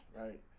right